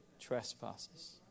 trespasses